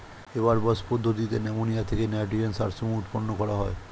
Haber Bosch পদ্ধতিতে ammonia থেকে nitrogen সার সমূহ উৎপন্ন করা হয়